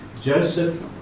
Joseph